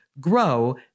grow